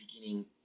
beginning